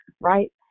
Right